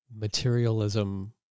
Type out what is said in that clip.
materialism